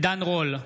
עידן רול,